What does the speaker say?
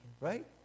right